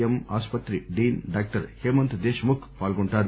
ఎం ఆసుపత్రి dean doctor Hemant Deshmukh పాల్గొంటారు